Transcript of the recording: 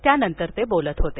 त्यानंतर ते बोलत होते